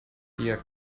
vier